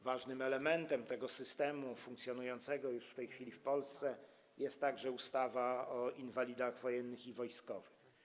Ważnym elementem systemu funkcjonującego już w tej chwili w Polsce jest także ustawa o inwalidach wojennych i wojskowych.